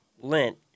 lint